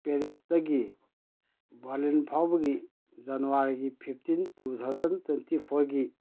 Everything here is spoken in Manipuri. ꯄꯦꯔꯤꯁꯇꯒꯤ ꯕꯥꯔꯂꯤꯟ ꯐꯥꯎꯕꯒꯤ ꯖꯥꯅꯋꯥꯔꯤꯒꯤ ꯐꯤꯐꯇꯤꯟ ꯇꯨ ꯊꯥꯎꯖꯟ ꯇ꯭ꯋꯦꯟꯇꯤ ꯐꯣꯔꯒꯤ